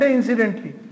incidentally